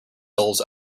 gulls